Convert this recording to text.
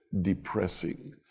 depressing